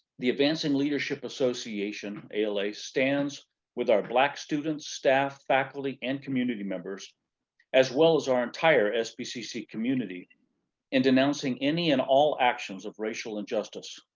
the advancing leadership association ala stands with our black students, staff, faculty, and community members as well as our entire sbcc community in denouncing any and all actions of racial injustice.